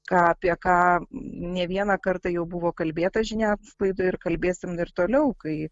ką apie ką ne vieną kartą jau buvo kalbėta žiniasklaidoje ir kalbėsim ir toliau kai